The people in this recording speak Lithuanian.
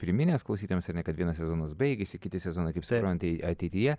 priminęs klausytojams ar ne kad vienas sezonas baigėsi kiti sezoną kaip supranti ateityje